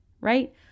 right